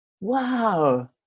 Wow